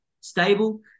stable